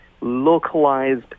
localized